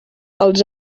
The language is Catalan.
als